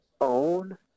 own